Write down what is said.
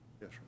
Yes